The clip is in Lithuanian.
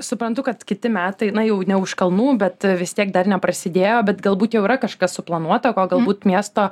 suprantu kad kiti metai na jau ne už kalnų bet vis tiek dar neprasidėjo bet galbūt jau yra kažkas suplanuota ko galbūt miesto